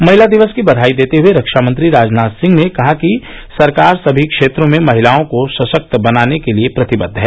महिला दिवस की बघाई देते हए रक्षामंत्री राजनाथ सिंह ने कहा कि सरकार समी क्षेत्रों में महिलाओं को सशक्त बनाने के लिए प्रतिबद्ध है